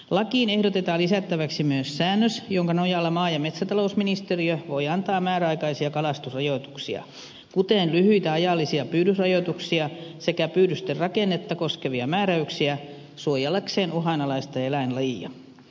lakiin ehdotetaan lisättäväksi myös säännös jonka nojalla maa ja metsätalousministeriö voi antaa määräaikaisia kalastusrajoituksia kuten lyhyitä ajallisia pyydysrajoituksia sekä pyydysten rakennetta koskevia määräyksiä suojellakseen uhanalaista eläinlajia